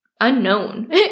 unknown